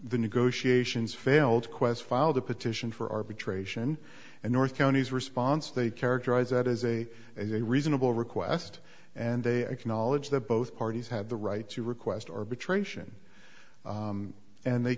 the negotiations failed quest filed a petition for arbitration and north county's response they characterize that as a as a reasonable request and they acknowledge that both parties have the right to request arbitration and they